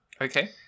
Okay